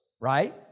right